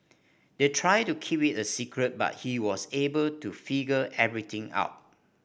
they tried to keep it a secret but he was able to figure everything out